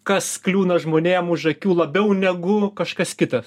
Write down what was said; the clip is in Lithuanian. kas kliūna žmonėm už akių labiau negu kažkas kitas